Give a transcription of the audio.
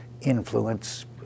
influence